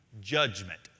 judgment